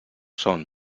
són